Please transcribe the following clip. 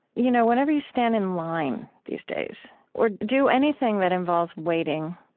you know whenever you stand in line these days or do anything that involves waiting,